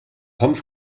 pommes